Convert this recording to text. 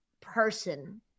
person